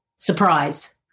surprise